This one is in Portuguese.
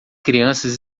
crianças